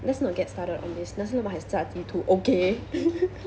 let's not get started on this nasi lemak has 炸鸡 too okay